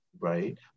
right